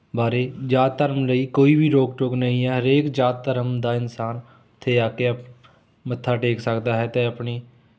ਬਾਰੇ ਜਾਤ ਧਰਮ ਲਈ ਕੋਈ ਵੀ ਰੋਕ ਟੋਕ ਨਹੀਂ ਹੈ ਹਰੇਕ ਜਾਤ ਧਰਮ ਦਾ ਇਨਸਾਨ ਉੱਥੇ ਆ ਕੇ ਆਪ ਮੱਥਾ ਟੇਕ ਸਕਦਾ ਹੈ ਅਤੇ ਆਪਣੀ